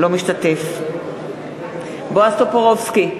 אינו משתתף בהצבעה בועז טופורובסקי,